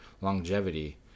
longevity